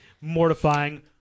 Mortifying